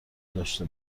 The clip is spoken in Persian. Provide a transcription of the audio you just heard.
داشته